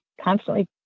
constantly